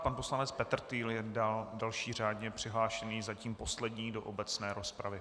Pan poslanec Petrtýl je další řádně přihlášený, zatím poslední do obecné rozpravy.